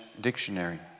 dictionary